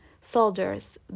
soldiers